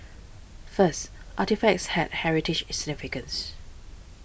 first artefacts had heritage significance